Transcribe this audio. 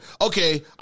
okay